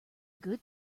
good